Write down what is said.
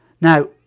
Now